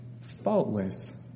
faultless